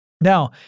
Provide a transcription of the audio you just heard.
Now